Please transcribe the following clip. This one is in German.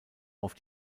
auf